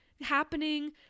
happening